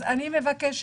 אז אני מבקשת